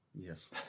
Yes